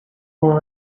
were